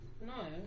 No